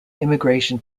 immigration